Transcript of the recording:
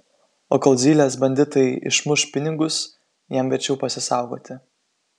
o kol zylės banditai išmuš pinigus jam verčiau pasisaugoti